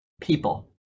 people